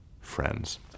friends